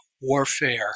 warfare